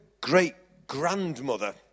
great-grandmother